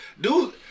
Dude